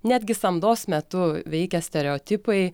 netgi samdos metu veikia stereotipai